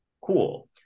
cool